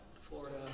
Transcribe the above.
Florida